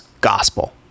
gospel